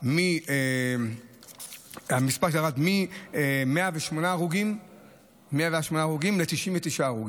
המספר ירד מ-108 הרוגים ל-99 הרוגים.